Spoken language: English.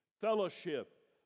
fellowship